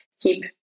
keep